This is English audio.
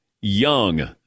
young